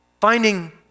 Finding